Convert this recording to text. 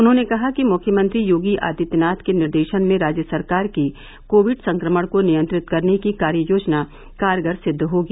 उन्होंने कहा कि मुख्यमंत्री योगी आदित्यनाथ के निर्देशन में राज्य सरकार की कोविड संक्रमणको नियंत्रित करने की कार्ययोजना कारगर सिद्व होगी